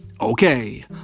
Okay